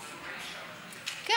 כי,